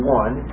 one